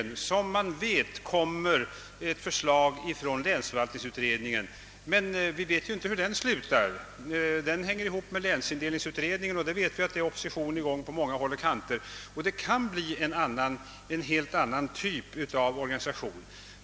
Vi vet att det kommer ett förslag i frågan från länsförvaltningsutredningen. Men vi vet inte till vilket resultat denna utredning kommer. Det hänger samman med länsindelningsutredningens ställningstagande men vi vet att det finns en bred opposition däremot och att det därför eventuellt kan bli en helt annan typ av organisation.